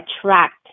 attract